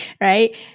Right